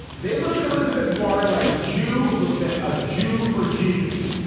they look at elizabeth warren like a jew, looks at a jew for jesus.